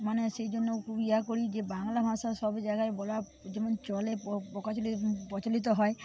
মানে সেই জন্য খুবই ইয়ে করি যে বাংলা ভাষা সব জায়গায় বলা যেমন চলে প্রচলিত হয়